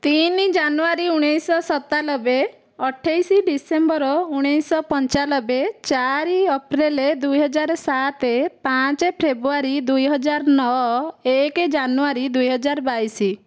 ତିନି ଜାନୁଆରୀ ଉଣେଇଶହ ସତାନବେ ଅଠେଇଶ ଡିସେମ୍ବର ଉଣେଇଶହ ପଞ୍ଚାନବେ ଚାରି ଅପ୍ରିଲ ଦୁଇ ହଜାର ସାତ ପାଞ୍ଚ ଫେବୃଆରୀ ଦୁଇହଜାର ନଅ ଏକ ଜାନୁଆରୀ ଦୁଇହଜାର ବାଇଶ